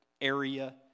area